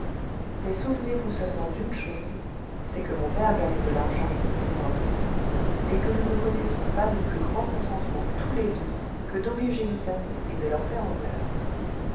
mais souvenez-vous seulement d'une chose c'est que mon père gagne de l'argent et moi aussi et que nous ne connaissons pas de plus grand contentement tous les deux que d'obliger nos amis et de leur faire honneur